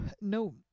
No